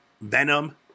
Venom